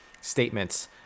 statements